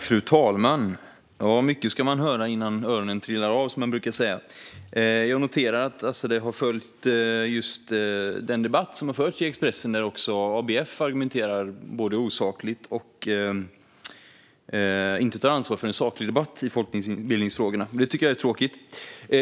Fru talman! Mycket ska man höra innan öronen trillar av, som man brukar säga. Jag noterar att Azadeh har följt den debatt som har förts i Expressen, där också ABF argumenterar osakligt och utan att ta ansvar för en saklig debatt i folkbildningsfrågorna. Det tycker jag är tråkigt.